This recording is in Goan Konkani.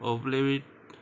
ऑप्लिवीट